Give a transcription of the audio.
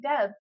Deb